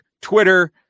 twitter